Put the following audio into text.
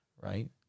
right